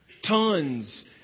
Tons